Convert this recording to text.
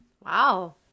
Wow